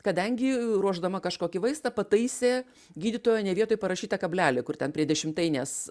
kadangi ruošdama kažkokį vaistą pataisė gydytojo ne vietoj parašytą kablelį kur ten prie dešimtainės